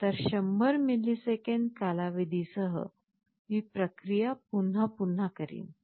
तर 100 मिलिसेकंद कालावधीसह मी प्रक्रिया पुन्हा पुन्हा करिन